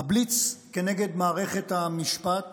הבליץ כנגד מערכת המשפט